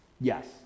Yes